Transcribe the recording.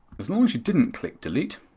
as long as you didn't click delete,